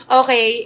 okay